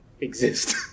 exist